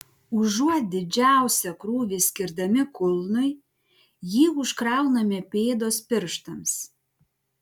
užuot didžiausią krūvį skirdami kulnui jį užkrauname pėdos pirštams